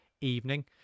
evening